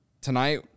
tonight